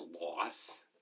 loss